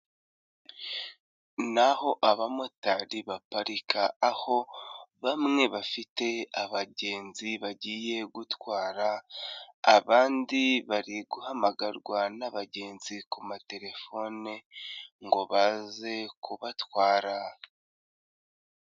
Ni aho abamotari baparika aho bamwe bafite abagenzi bagiye gutwara, abandi bari guhamagarwa n'abagenzi ku matelefone ngo baze kubatwara.